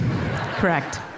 Correct